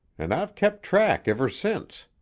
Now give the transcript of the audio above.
an' i've kept track ever since.